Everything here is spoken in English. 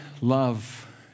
love